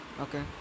okay